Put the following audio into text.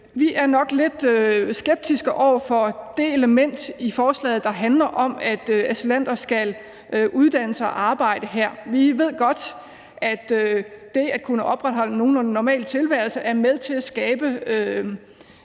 vi er nok lidt skeptiske over for det element i forslaget, der handler om, at asylanter skal uddanne sig og arbejde her. Vi ved godt, at det at kunne opretholde en nogenlunde normal tilværelse er med til at skabe